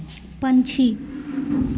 पंक्षी